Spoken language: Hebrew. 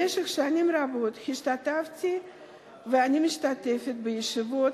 במשך שנים רבות השתתפתי ואני משתתפת בישיבות